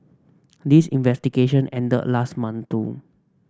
this investigation ended last month too